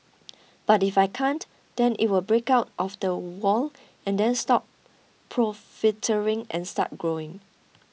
but if I can't then it will break out of the wall and then stop and start growing